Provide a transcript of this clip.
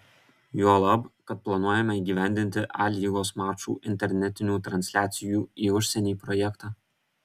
juolab kad planuojame įgyvendinti a lygos mačų internetinių transliacijų į užsienį projektą